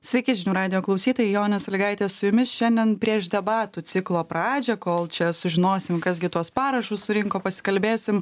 sveiki žinių radijo klausytojai jonė sragaitė su jumis šiandien prieš debatų ciklo pradžią kol čia sužinosim kas gi tuos parašus surinko pasikalbėsim